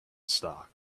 stock